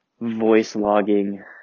voice-logging